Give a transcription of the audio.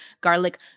garlic